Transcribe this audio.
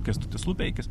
kęstutis lupeikis